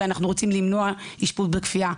ואנחנו רוצים למנוע אשפוז בכפייה,